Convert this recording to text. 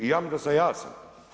I ja bi da sam jasan.